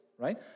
right